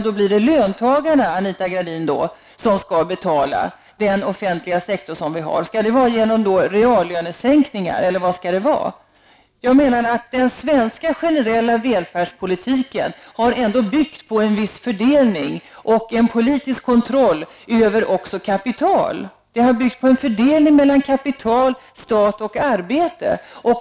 Då blir det löntagarna, Anita Gradin, som får betala den offentliga sektorn. Skall detta ske genom reallönesänkningar? Den svenska generella välfärdspolitiken har ändå byggt på en viss fördelning och en politisk kontroll över kapital. Den har byggt på en fördelning mellan kapital, stat och arbete.